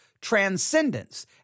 transcendence